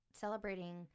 celebrating